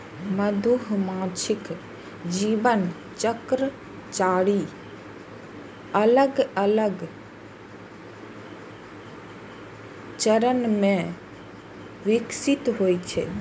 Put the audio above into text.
मधुमाछीक जीवन चक्र चारि अलग अलग चरण मे विकसित होइ छै